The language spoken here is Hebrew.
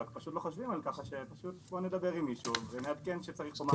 רק פשוט לא חושבים על פשוט לדבר עם מישהו ולעדכן שצריך פה מעבר.